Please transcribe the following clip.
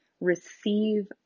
receive